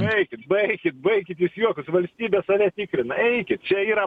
baikit baikit baikit jūs juokus valstybė save tikrina eikit čia yra